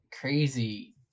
crazy